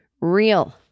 real